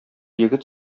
егет